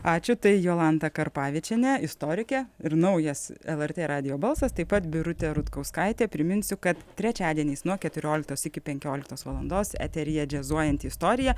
ačiū tai jolanta karpavičienė istorikė ir naujas lrt radijo balsas taip pat birutė rutkauskaitė priminsiu kad trečiadieniais nuo keturioliktos iki penkioliktos valandos eteryje džiazuojanti istorija